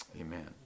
amen